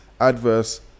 adverse